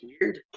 weird